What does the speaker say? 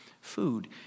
food